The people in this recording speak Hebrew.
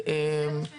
אני רוצה